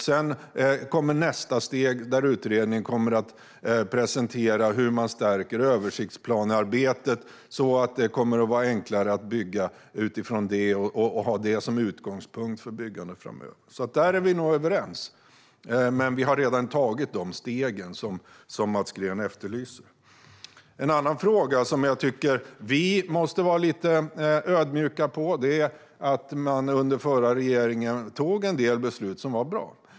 Sedan kommer nästa steg, då utredningen kommer att presentera hur man stärker översiktsplanearbetet så att det kommer att vara enklare att bygga utifrån det och ha det som utgångspunkt för byggandet framöver. Där är vi nog överens. Men vi har redan tagit de steg som Mats Green efterlyser. En annan fråga som vi måste vara lite ödmjuka inför är att man under den förra regeringens tid tog en del beslut som var bra.